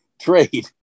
trade